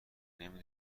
نمی